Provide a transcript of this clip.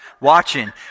Watching